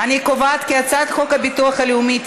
ולכן אני קובעת כי הצעת חוק הביטוח הלאומי,